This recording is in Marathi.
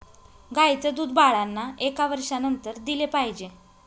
गाईचं दूध बाळांना एका वर्षानंतर दिले पाहिजे